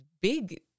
big